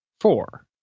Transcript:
four